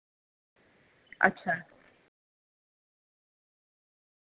अच्छा